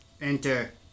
Enter